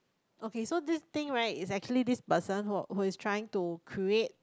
okay so this thing right is actually this person who who is trying to create